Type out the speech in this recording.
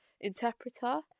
interpreter